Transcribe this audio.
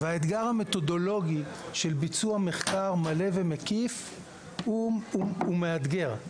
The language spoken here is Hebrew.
והאתגר המתודולוגי של ביצוע מחקר מלא ומקיף הוא מאתגר.